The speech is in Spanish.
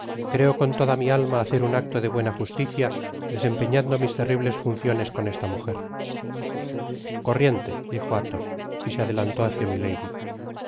creo con oda mi alma hacer un acto de buena justicia desempeñando mis terribtes funciones con esta mujer corriente dijo athos y se adelantó hácia milady os